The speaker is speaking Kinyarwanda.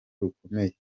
rukomeye